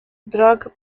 drug